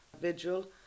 vigil